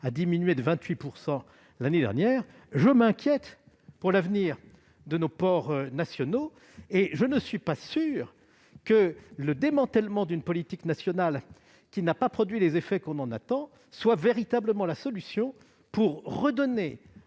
a diminué de 28 % l'année dernière, je m'inquiète pour l'avenir de nos ports nationaux. Je ne suis pas sûr que le démantèlement d'une politique nationale n'ayant pas produit les effets que l'on en attend soit véritablement la solution pour redonner